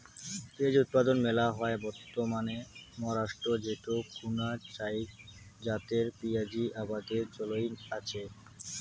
পিঁয়াজী উৎপাদন মেলা হয় বর্তমানে মহারাষ্ট্রত যেটো খুনা চাইর জাতের পিয়াঁজী আবাদের চইল আচে